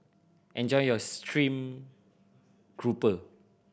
enjoy your stream grouper